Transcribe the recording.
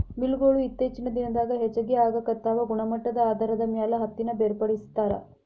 mill ಗೊಳು ಇತ್ತೇಚಿನ ದಿನದಾಗ ಹೆಚಗಿ ಆಗಾಕತ್ತಾವ ಗುಣಮಟ್ಟದ ಆಧಾರದ ಮ್ಯಾಲ ಹತ್ತಿನ ಬೇರ್ಪಡಿಸತಾರ